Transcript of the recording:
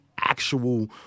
actual